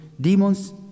Demons